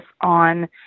on